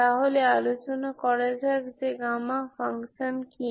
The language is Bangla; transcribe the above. তাহলে আলোচনা করা যাক যে গামা ফাংশানকি